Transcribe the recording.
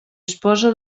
esposa